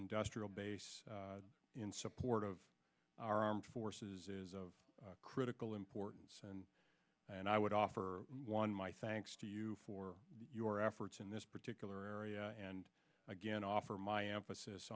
industrial base in support of our armed forces is of critical importance and i would offer one my thanks to you for your efforts in this particular area and again i offer my emphasis